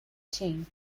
chain